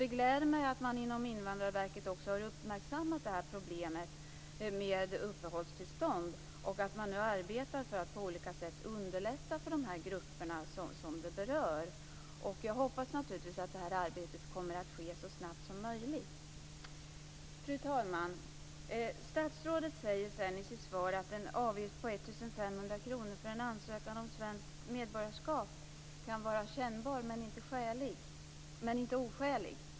Det gläder mig att man också inom Invandrarverket har uppmärksammat problemet med uppehållstillstånd och att man nu arbetar för att på olika sätt underlätta för de grupper som berörs. Jag hoppas naturligtvis att arbetet kommer att ske så snabbt som möjligt. Fru talman! Statsrådet säger i sitt svar att en avgift på 1 500 kr för en ansökan om svenskt medborgarskap kan vara kännbar men inte oskälig.